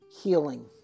healing